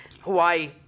Hawaii